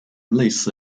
类似